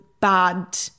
bad